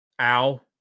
Ow